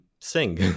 sing